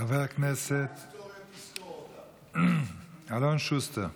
חבר הכנסת אלון שוסטר.